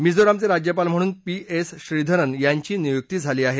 मिझोरामचे राज्यपाल म्हणून P S Sreedharan यांची नियुकी झाली आहे